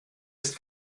ist